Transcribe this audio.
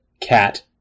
cat